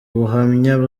buhamya